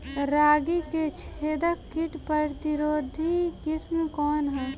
रागी क छेदक किट प्रतिरोधी किस्म कौन ह?